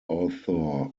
author